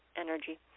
energy